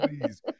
Please